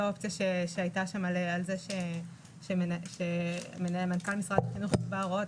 האופציה שהייתה שם על כך שמנכ"ל משרד החינוך יקבע הוראות.